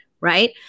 Right